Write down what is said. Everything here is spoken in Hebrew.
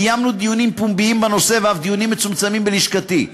קיימנו דיונים פומביים בנושא ואף דיונים מצומצמים בלשכתי.